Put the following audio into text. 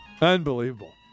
Unbelievable